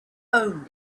own